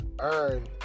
earn